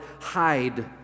hide